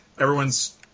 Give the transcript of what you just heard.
everyone's